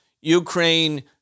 Ukraine